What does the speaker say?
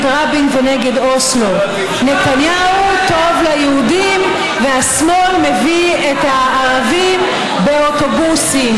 רבין ונגד אוסלו: נתניהו טוב ליהודים והשמאל מביא את הערבים באוטובוסים,